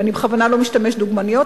בכוונה אני לא משתמשת בדוגמניות,